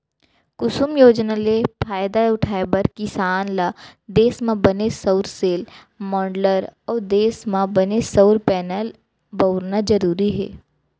कुसुम योजना ले फायदा उठाए बर किसान ल देस म बने सउर सेल, माँडलर अउ देस म बने सउर पैनल बउरना जरूरी हे